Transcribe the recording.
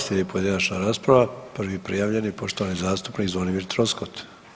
Slijedi pojedinačna rasprava prvi je prijavljeni poštovani zastupnik Zvonimir Troskot.